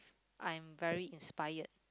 I'm very inspired